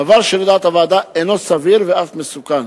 דבר שלדעת הוועדה אינו סביר ואף מסוכן.